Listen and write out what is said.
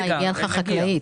הגיעה לך חקלאית.